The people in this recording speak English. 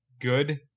good